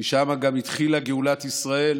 משם גם התחילה גאולת ישראל.